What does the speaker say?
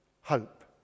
hope